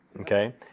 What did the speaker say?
okay